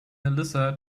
melissa